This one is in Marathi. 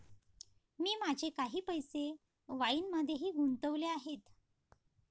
मी माझे काही पैसे वाईनमध्येही गुंतवले आहेत